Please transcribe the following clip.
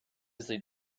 sie